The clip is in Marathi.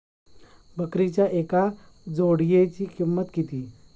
बकरीच्या एका जोडयेची किंमत किती?